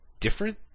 different